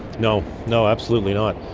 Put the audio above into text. no, no, absolutely not.